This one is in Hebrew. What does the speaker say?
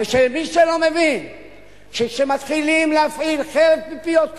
ומי שלא מבין שכשמתחילים להפעיל חרב פיפיות,